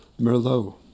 Merlot